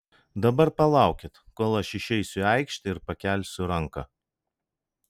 dabar palaukit kol aš išeisiu į aikštę ir pakelsiu ranką